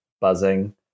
buzzing